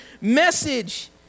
message